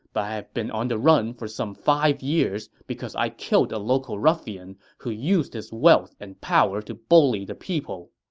but i have been on the run for some five years, because i killed a local ruffian who used his wealth and power to bully people.